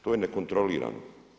To je nekontrolirano.